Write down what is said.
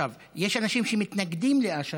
יש אנשים שמתנגדים לאש"ף,